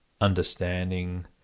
understanding